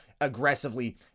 aggressively